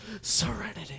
Serenity